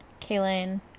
Kaylin-